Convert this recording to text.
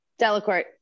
Delacorte